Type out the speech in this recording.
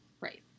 Right